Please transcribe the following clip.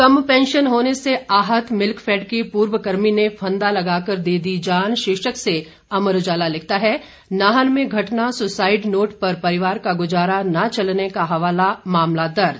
कम pension होने से आहत मिल्कफेड के पूर्व कर्मी ने फंदा लगाकर दे दी जान शीर्षक से अमर उजाला लिखता है नाहन में घटना सुसाइड नोट पर परिवार का गुजारा न चलने का हवाला मामला दर्ज